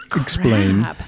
Explain